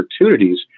opportunities